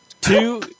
two